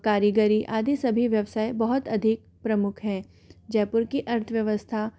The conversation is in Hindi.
कारीगरी आदि सभी व्यवसाय बहुत अधिक प्रमुख है जयपुर की अर्थव्यवस्था